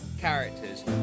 characters